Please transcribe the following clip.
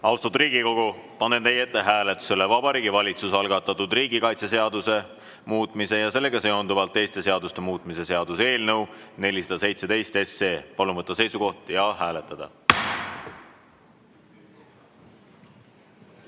Austatud Riigikogu, panen teie ette hääletusele Vabariigi Valitsuse algatatud riigikaitseseaduse muutmise ja sellega seonduvalt teiste seaduste muutmise seaduse eelnõu 417. Palun võtta seisukoht ja hääletada!